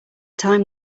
time